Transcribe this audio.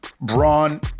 Braun